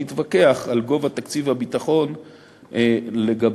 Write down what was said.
להתווכח על גובה תקציב הביטחון ובין